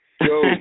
Yo